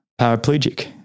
paraplegic